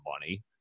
money